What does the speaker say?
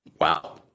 Wow